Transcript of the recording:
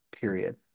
period